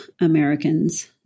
Americans